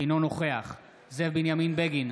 אינו נוכח זאב בנימין בגין,